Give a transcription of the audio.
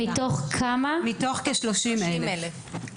מתוך כמה?) מתוך כ-30,000.